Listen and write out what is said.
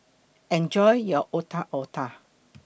Enjoy your Otak Otak